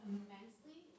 immensely